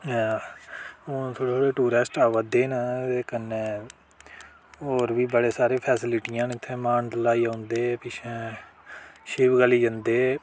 आ हू'न थोह्ड़े थोह्ड़े टुरिज्म आवा दे न कन्नै होर बी बड़े सारे फैसिलिटियां न इत्थें मानतलाई औंदे पिच्छें शिव गली जंदे